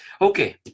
Okay